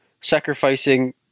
sacrificing